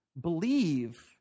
believe